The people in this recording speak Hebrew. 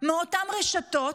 מאותן רשתות,